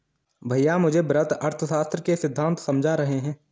भैया मुझे वृहत अर्थशास्त्र के सिद्धांत समझा रहे हैं